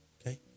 Okay